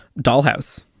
dollhouse